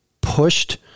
pushed